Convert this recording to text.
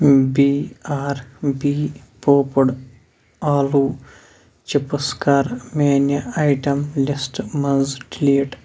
B R B popped آلو chips کَر میٛانہِ آیٹَم لِسٹ منٛز ڈِلیٖٹ